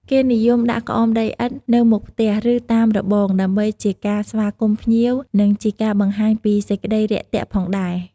គេនិយមដាក់ក្អមដីឥដ្ឋនៅមុខផ្ទះ ឬតាមរបង ដើម្បីជាការស្វាគមន៍ភ្ញៀវ និងជាការបង្ហាញពីសេចក្តីរាក់ទាក់ផងដែរ។